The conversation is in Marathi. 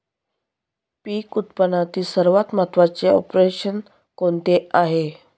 पीक उत्पादनातील सर्वात महत्त्वाचे ऑपरेशन कोणते आहे?